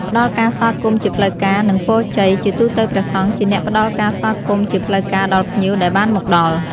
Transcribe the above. ព្រះអង្គអាចសូត្រធម៌បន្តិចបន្តួច ឬពោលពាក្យ ប្រគេនពរជ័យ ដើម្បីញ៉ាំងឲ្យភ្ញៀវមានសេចក្ដីសុខ សិរីសួស្ដី និងជោគជ័យគ្រប់ភារកិច្ច។